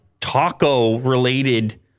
taco-related